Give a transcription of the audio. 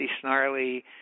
snarly